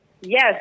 Yes